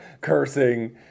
cursing